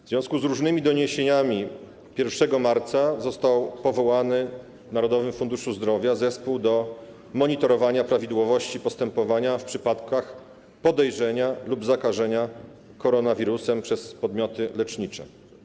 W związku z różnymi doniesieniami 1 marca został powołany w Narodowym Funduszu Zdrowia zespół do monitorowania prawidłowości postępowania w przypadkach podejrzenia lub zakażenia koronawirusem przez podmioty lecznicze.